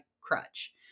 crutch